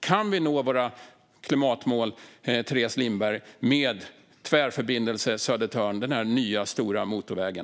Kan vi nå våra klimatmål, Teres Lindberg, med hjälp av Tvärförbindelse Södertörn - den nya stora motorvägen?